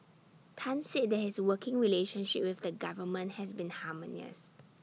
Tan said that his working relationship with the government has been harmonious